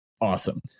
awesome